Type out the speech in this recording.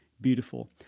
beautiful